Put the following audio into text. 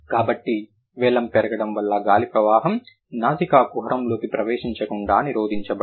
కాబట్టి వెలమ్ పెరగడం వల్ల గాలి ప్రవాహం నాసికా కుహరంలోకి ప్రవేశించకుండా నిరోధించబడుతుంది